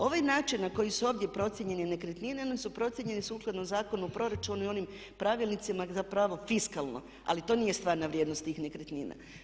Ovaj način na koji su ovdje procijenjene nekretnine one su procijenjene sukladno Zakonu o proračunu i onim pravilnicima za pravo fiskalno, ali to nije stvarna vrijednost tih nekretnina.